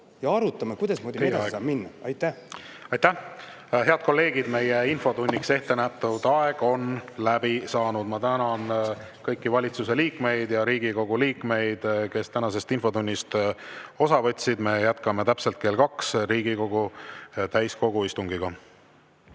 ja arutama, kuidasmoodi me saame edasi minna. Aitäh! Head kolleegid, infotunniks ette nähtud aeg on läbi saanud. Ma tänan kõiki valitsuse liikmeid ja Riigikogu liikmeid, kes tänasest infotunnist osa võtsid. Me jätkame täpselt kell kaks Riigikogu täiskogu istungiga.